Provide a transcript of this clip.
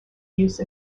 use